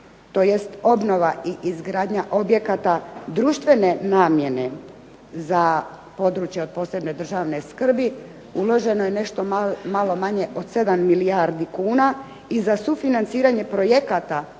tj. obnova i izgradnja objekata društvene namjene za područja od posebne državne skrbi, …/Ne razumije se./… nešto malo manje od 7 milijardi kuna, i za sufinanciranje projekata